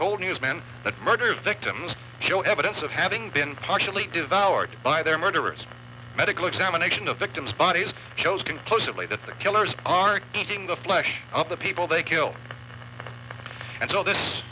newsmen that murder victims show evidence of having been partially devoured by their murderous medical examination of victims bodies shows conclusively that the killers are eating the flesh of the people they kill and so this